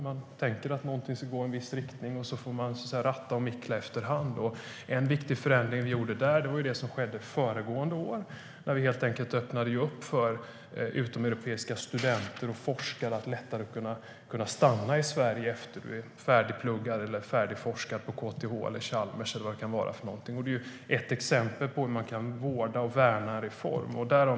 Man tänker att någonting ska gå i en viss riktning. Sedan får man ratta detta efter hand. En viktig förändring som vi gjorde skedde föregående år när vi helt enkelt öppnade upp för att utomeuropeiska studenter och forskare lättare skulle kunna stanna i Sverige efter att de har pluggat klart eller forskat klart på KTH, Chalmers eller liknande. Det är ett exempel på hur man kan vårda och värna en reform.